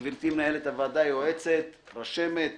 גברתי מנהלת הוועדה, יועצת, רשמת,